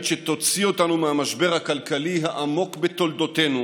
שתוציא אותנו מהמשבר הכלכלי העמוק בתולדותינו